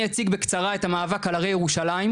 אני אציג בקצרה את המאבק על הרי ירושלים,